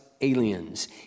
Aliens